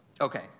Okay